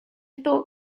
thought